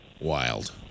wild